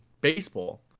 baseball